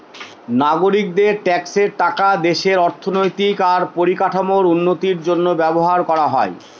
নাগরিকদের ট্যাক্সের টাকা দেশের অর্থনৈতিক আর পরিকাঠামোর উন্নতির জন্য ব্যবহার করা হয়